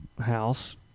house